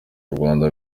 rwanda